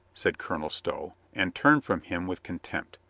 said colonel stow and turned from him with contempt.